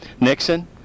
Nixon